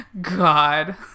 god